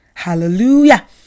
Hallelujah